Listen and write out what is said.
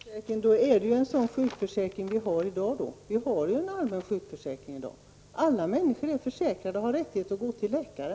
Herr talman! Då är det alltså fråga om en sådan sjukförsäkring som vi har i dag. Vi har nu en allmän sjukförsäkring. Alla människor är försäkrade och har rätt att gå till läkare.